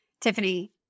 Tiffany